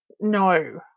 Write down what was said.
No